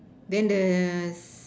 then the